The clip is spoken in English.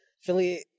Philly